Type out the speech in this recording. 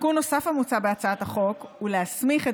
תיקון נוסף המוצע בהצעת החוק הוא להסמיך את